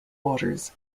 waters